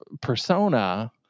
persona